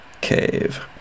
cave